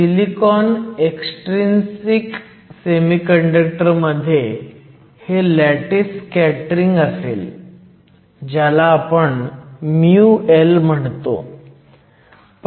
silicon extrinsic semiconductor मध्ये हे lattice scattering असेल ज्याला आपण μL म्हणतो